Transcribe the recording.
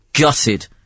gutted